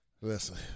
Listen